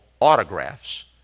autographs